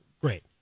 great